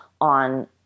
on